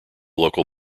local